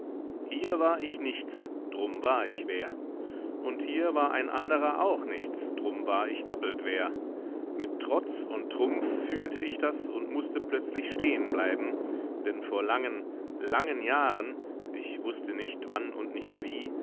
hier war ich nichts drum war ich wer und hier war ein anderer auch nichts drum war ich doppelt wer mit trotz und trumpf fühlte ich das und mußte plötzlich stehen bleiben denn vor langen langen jahren ich wußte nicht wann und nicht wie